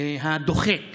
הדוחק